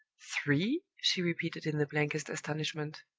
three! she repeated in the blankest astonishment.